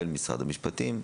כולל משרד המשפטים.